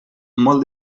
molt